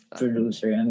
producer